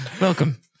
Welcome